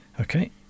Okay